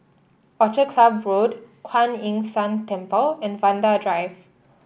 Orchid Club Road Kuan Yin San Temple and Vanda Drive